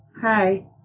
Hi